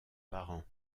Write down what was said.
parents